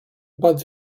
but